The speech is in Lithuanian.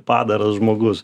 padaras žmogus